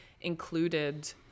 included